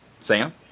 Sam